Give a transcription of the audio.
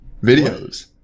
videos